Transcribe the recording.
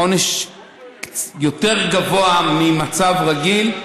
העונש יותר גבוה ממצב רגיל,